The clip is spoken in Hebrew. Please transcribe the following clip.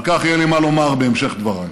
על כך יהיה לי מה לומר בהמשך דבריי,